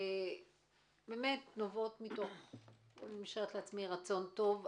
שנובעות מתוך רצון טוב,